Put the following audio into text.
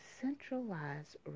centralized